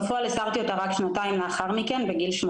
בפועל הסרתי אותה רק שנתיים אחרי בגיל 18